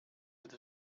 with